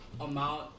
amount